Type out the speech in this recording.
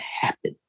happen